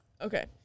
okay